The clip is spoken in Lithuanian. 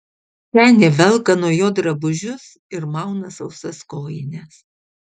senė velka nuo jo drabužius ir mauna sausas kojines